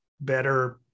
better